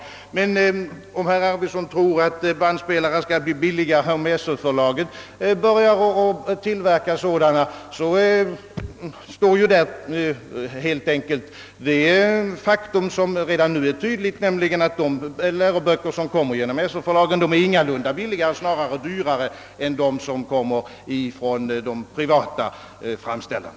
Men om herr Arvidson tror att bandspelare kommer att bli billigare, om Sö-förlaget börjar tillverka sådana, vill jag påpeka det faktum som redan nu är tydligt, nämligen att de läroböcker som framställs av Sö-förlaget ingalunda är billigare, snarare dyrare än de som kommer från de privata framställarna.